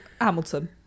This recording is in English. Hamilton